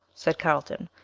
said carlton.